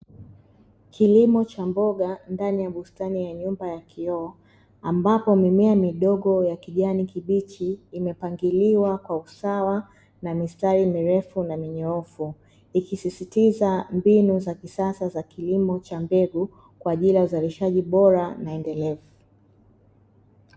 Kilimo cha mboga ndani ya bustani ya nyumba ya kioo, ambapo mimea midogo ya kijani kibichi imepangiliwa kwa usawa na mistari mirefu na minyoofu ikisisitiza mbinu za kisasa za kilimo cha mbengu kwa ajili ya uzalishaji bora na endelevu.